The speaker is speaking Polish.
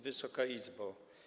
Wysoka Izbo!